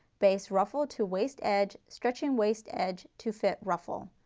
baste ruffle to waist edge, stretching waist edge to fit ruffle.